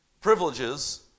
privileges